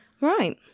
Right